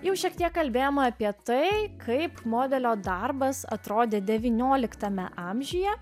jau šiek tiek kalbėjome apie tai kaip modelio darbas atrodė devynioliktame amžiuje